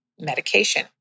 medication